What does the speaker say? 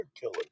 killer